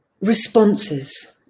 Responses